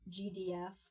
GDF